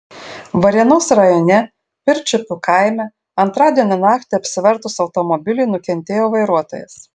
varėnos rajone pirčiupių kaime antradienio naktį apsivertus automobiliui nukentėjo vairuotojas